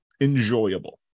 enjoyable